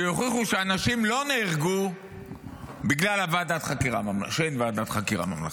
שיוכיחו שאנשים לא נהרגו בגלל שאין ועדת חקירה ממלכתית.